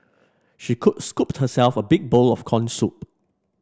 she cook scooped herself a big bowl of corn soup